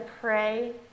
pray